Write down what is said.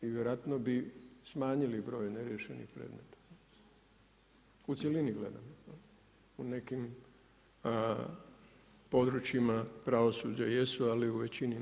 I vjerojatno bi smanjili broj neriješenih predmeta u cjelini gledano, u nekim područjima pravosuđa jesu, ali u većini nisu.